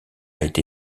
été